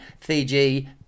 Fiji